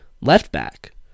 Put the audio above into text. left-back